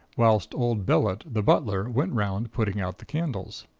whilst old bellett the butler went round, putting out the candles.